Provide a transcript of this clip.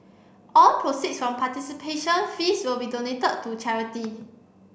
all proceeds from participation fees will be donated to charity